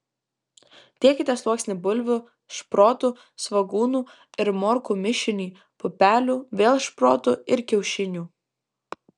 dėkite sluoksnį bulvių šprotų svogūnų ir morkų mišinį pupelių vėl šprotų ir kiaušinių